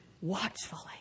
watchfully